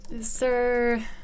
Sir